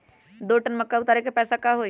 दो टन मक्का उतारे के पैसा का होई?